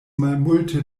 malmulte